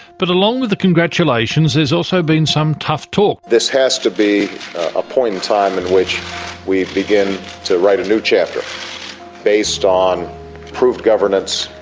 but along with the congratulations there has also been some tough talk. this has to be a point in time in which we begin to write a new chapter based on proved governance,